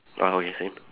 brown is it